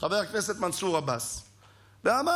חבר הכנסת מנסור עבאס ואמר,